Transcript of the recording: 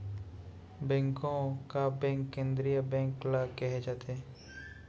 बेंको का बेंक केंद्रीय बेंक ल केहे जाथे